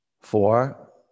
Four